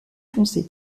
foncé